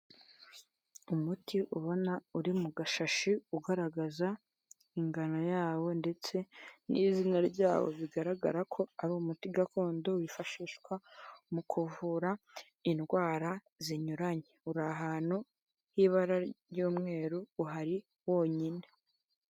Umuti ubona uri mu gashashi ugaragaza ingano yawo ndetse n'izina ryawo bigaragara ko ari umuti gakondo wifashishwa mu kuvura indwara zinyuranye, uri ahantu h'ibara ry'umweru, uhari wonyine.